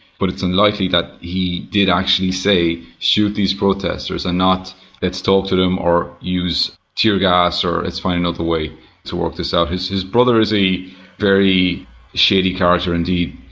but it's unlikely that he did actually say shoot these protesters, and not let's talk to them or use tear gas, or let's find another way to work this out'. his his brother is a very shady character indeed.